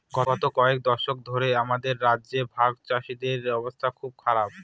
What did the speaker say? গত কয়েক দশক ধরে আমাদের রাজ্যে ভাগচাষীদের অবস্থা খুব খারাপ